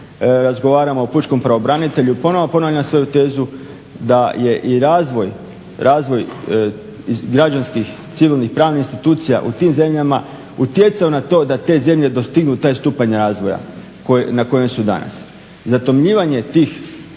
razgovaramo o pučkom pravobranitelju. I ponovno ponavljam svoju tezu da je i razvoj građanskih civilnih pravnih institucija u tim zemljama utjecao na to da te zemlje dostignu taj stupanj razvoj na kojem su danas. Zatomljivanje tih